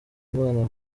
imana